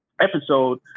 episode